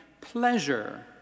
pleasure